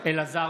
אלעזר